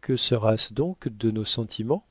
que sera-ce donc de nos sentiments